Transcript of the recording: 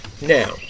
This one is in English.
Now